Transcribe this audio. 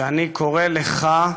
ואני קורא לך,